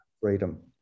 freedom